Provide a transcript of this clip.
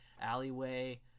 Alleyway